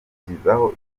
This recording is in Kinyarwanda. akurikizaho